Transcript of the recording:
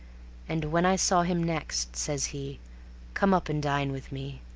and when i saw him next, says he come up and dine with me.